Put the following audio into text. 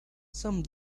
some